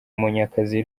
munyakazi